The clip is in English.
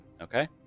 Okay